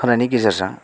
होनायनि गेजेरजों